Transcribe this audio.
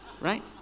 right